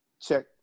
check